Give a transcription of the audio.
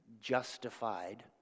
justified